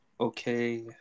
Okay